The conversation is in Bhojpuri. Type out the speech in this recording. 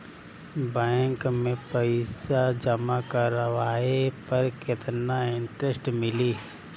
बैंक में पईसा जमा करवाये पर केतना इन्टरेस्ट मिली?